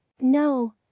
No